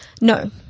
No